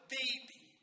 baby